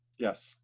yes.